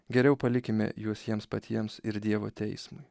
geriau palikime juos jiems patiems ir dievo teismui